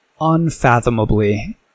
Unfathomably